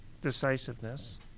decisiveness